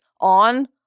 on